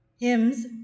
Hymns